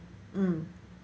mm